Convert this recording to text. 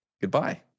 goodbye